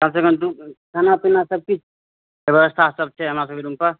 हमरा सभकेँ रुम खाना पीना सभ किछुके व्यवस्था छै हमरा सभकेँ रुम पर